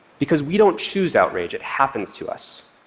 because we don't choose outrage. it happens to us.